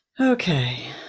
Okay